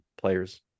players